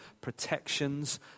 protections